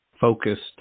focused